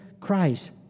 Christ